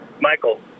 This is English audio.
Michael